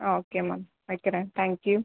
ஆ okay ma'am வைக்கிறேன் thank you